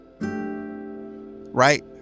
right